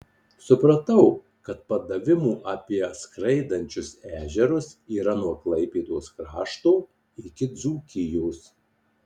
supratau kad padavimų apie skraidančius ežerus yra nuo klaipėdos krašto iki dzūkijos